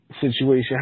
situation